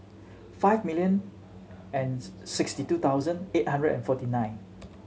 five million and sixty two thousand eight hundred and forty nine